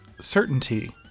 Certainty